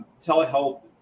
telehealth